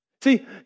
See